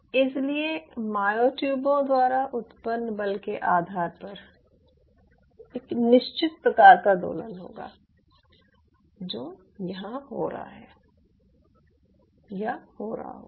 इसलिए मायोट्यूबों द्वारा उत्पन्न बल के आधार पर एक निश्चित प्रकार का दोलन होगा जो यहां हो रहा होगा